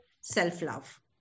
self-love